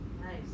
Nice